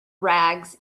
rags